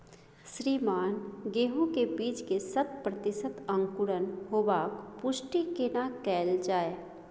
श्रीमान गेहूं के बीज के शत प्रतिसत अंकुरण होबाक पुष्टि केना कैल जाय?